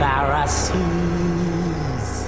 Pharisees